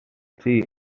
see